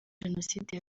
jenoside